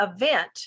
event